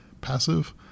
passive